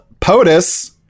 POTUS